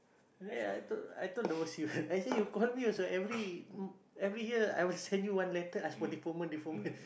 ya I told I told the I say you call me also every every year I will send you one letter ask for deferment deferment